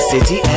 City